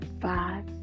five